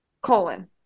Colon